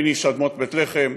/ מני שדמות בית לחם",